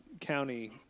county